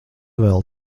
vēl